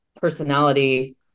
personality